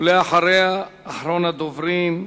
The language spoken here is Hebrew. ואחריה, אחרון הדוברים,